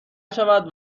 شود